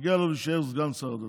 מגיע לו להישאר סגן שר הדתות.